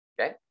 Okay